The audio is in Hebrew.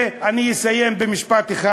ואני אסיים במשפט אחד: